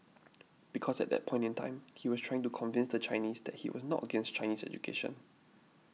because at that point in time he was trying to convince the Chinese that he was not against Chinese education